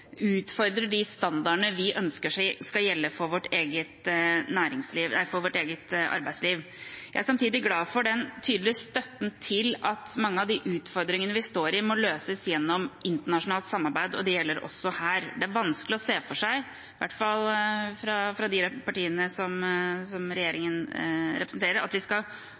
utfordrer de standardene vi ønsker skal gjelde for vårt eget arbeidsliv. Jeg er samtidig glad for den tydelige støtten til at mange av de utfordringene vi står i, må løses gjennom internasjonalt samarbeid, og det gjelder også her. Det er vanskelig å se for seg – i hvert fall fra de partiene som regjeringen representerer – at vi skal